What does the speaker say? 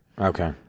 Okay